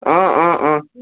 অঁ অঁ অঁ